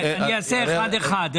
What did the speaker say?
בסדר, אני אעשה אחד אחד.